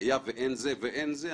היה ואין לא את זה ולא את זה,